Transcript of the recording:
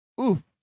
oof